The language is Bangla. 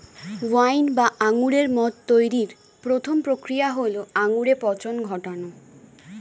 ওয়াইন বা আঙুরের মদ তৈরির প্রথম প্রক্রিয়া হল আঙুরে পচন ঘটানো